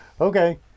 okay